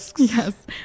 yes